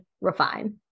refine